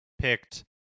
picked